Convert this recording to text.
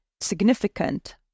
significant